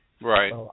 Right